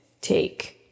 take